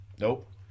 Nope